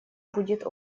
будет